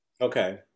Okay